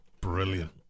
brilliant